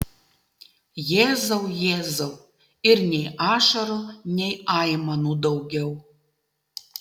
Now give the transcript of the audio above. jėzau jėzau ir nei ašarų nei aimanų daugiau